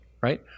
Right